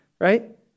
right